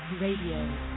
Radio